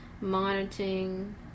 monitoring